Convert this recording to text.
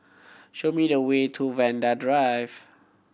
show me the way to Vanda Drive